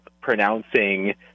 pronouncing